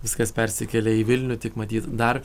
viskas persikėlė į vilnių tik matyt dar